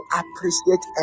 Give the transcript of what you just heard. appreciate